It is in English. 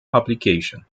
application